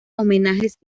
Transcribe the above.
homenajes